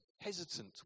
hesitant